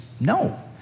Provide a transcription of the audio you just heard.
no